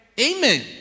amen